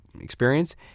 experience